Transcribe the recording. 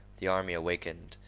the army awakened,